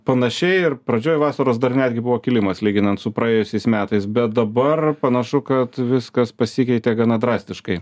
panašiai ir pradžioj vasaros dar netgi buvo kilimas lyginant su praėjusiais metais bet dabar panašu kad viskas pasikeitė gana drastiškai